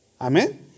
Amen